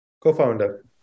Co-founder